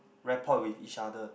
rapport with each other